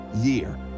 year